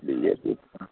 B J P